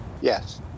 Yes